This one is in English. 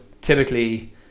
typically